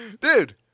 Dude